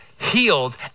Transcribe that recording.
healed